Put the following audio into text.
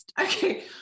Okay